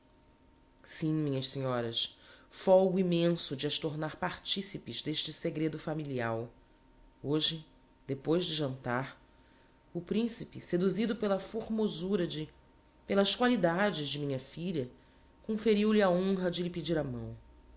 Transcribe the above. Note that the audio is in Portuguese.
sim minhas senhoras folgo immenso de as tornar participes d'este segredo familial hoje depois de jantar o principe seduzido pela formosura de pelas qualidades de minha filha conferiu lhe a honra de lhe pedir a mão